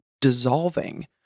dissolving